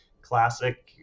classic